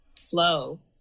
flow